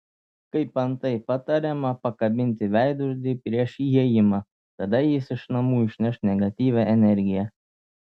kaip antai patariama pakabinti veidrodį prieš įėjimą tada jis iš namų išneš negatyvią energiją